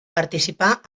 participà